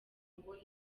ngo